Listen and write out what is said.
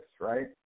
right